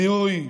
בזיהוי,